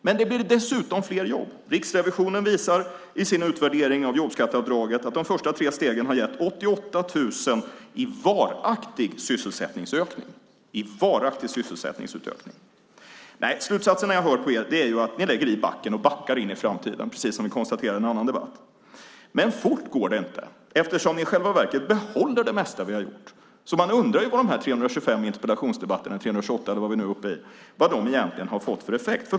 Men det blir dessutom fler jobb. Riksrevisionen visar i sin utvärdering av jobbskatteavdraget att de första tre stegen har gett 88 000 i varaktig sysselsättningsökning. Nej, slutsatsen när jag hör på er är att ni lägger i backen och backar in i framtiden, precis som vi konstaterade i en annan debatt. Men fort går det inte, eftersom ni i själva verket behåller det mesta vi har gjort. Man undrar vad de här 325 interpellationsdebatterna - eller 328 eller vad vi nu är uppe i - egentligen har fått för effekt.